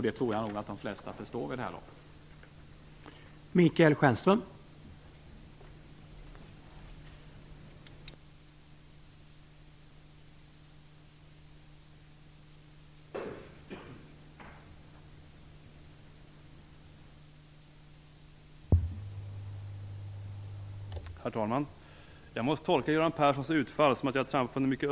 Det tror jag nog att de flesta förstår vid det här laget.